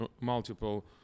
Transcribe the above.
multiple